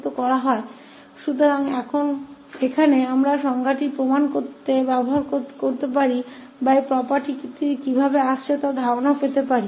तो यहाँ भी हम परिभाषा का उपयोग यह साबित करने के लिए कर सकते हैं या यह अनुमान लगाने के लिए कि यह property कैसे आ रही है